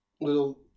Little